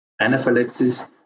anaphylaxis